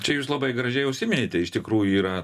čia jūs labai gražiai užsiminėte iš tikrųjų yra